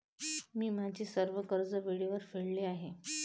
मी माझे सर्व कर्ज वेळेवर फेडले आहे